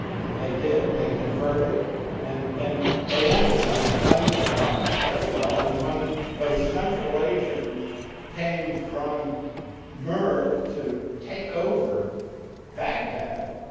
and they did, they converted and and they ended up playing their cards very well and when those central asians came from merv to take over baghdad,